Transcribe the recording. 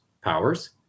powers